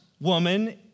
woman